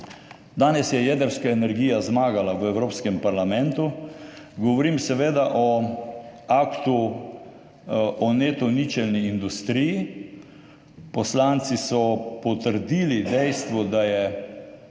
berem, jedrska energija zmagala v Evropskem parlamentu. Govorim seveda o aktu o neto ničelni industriji. Poslanci so potrdili dejstvo, da je